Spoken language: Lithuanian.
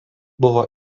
buvo